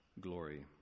glory